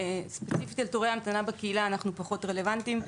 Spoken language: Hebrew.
ספציפית על תורי המתנה בקהילה אנחנו פחות רלוונטיים.